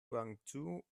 guangzhou